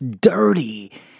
dirty